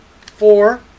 four